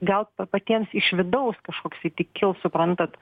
gal patiems iš vidaus kažkoksai tai kils suprantat